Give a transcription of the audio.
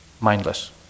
Mindless